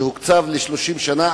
שהוקצב עונשו ל-30 שנה,